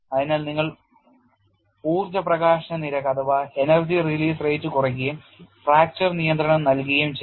അതിനാൽ നിങ്ങൾ ഊർജ്ജ പ്രകാശന നിരക്ക് കുറയ്ക്കുകയും ഫ്രാക്ചർ നിയന്ത്രണം നൽകുകയും ചെയ്യും